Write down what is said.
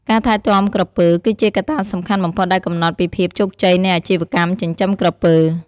ការថែទាំក្រពើ គឺជាកត្តាសំខាន់បំផុតដែលកំណត់ពីភាពជោគជ័យនៃអាជីវកម្មចិញ្ចឹមក្រពើ។